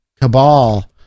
Cabal